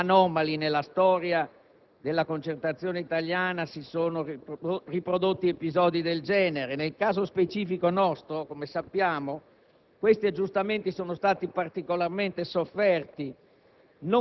anomali: nella storia della concertazione italiana si sono riprodotti episodi del genere. Nel nostro caso specifico, come è noto, tali aggiustamenti sono stati particolarmente sofferti,